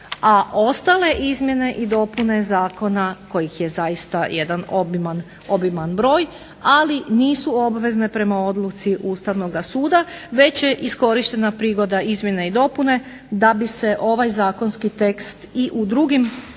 a ostale izmjene i dopune zakona kojih je zaista jedan obiman broj ali nisu obvezne prema odluci Ustavnoga suda već je iskorištena prigoda izmjene i dopune da bi se ovaj zakonski tekst i u drugim